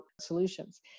solutions